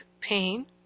pain